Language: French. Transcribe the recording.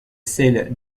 celle